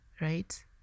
right